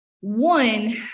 one